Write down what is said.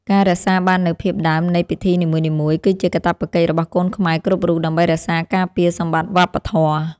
ការរក្សាបាននូវភាពដើមនៃពិធីនីមួយៗ គឺជាកាតព្វកិច្ចរបស់កូនខ្មែរគ្រប់រូបដើម្បីរក្សាការពារសម្បត្តិវប្បធម៌។